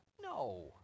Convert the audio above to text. no